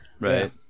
right